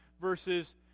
Verses